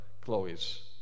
Chloe's